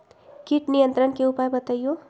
किट नियंत्रण के उपाय बतइयो?